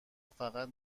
فقط